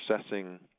assessing